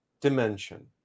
dimension